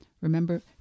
Remember